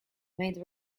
made